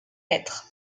lettres